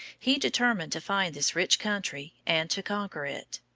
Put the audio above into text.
he determined to find this rich country and to conquer it.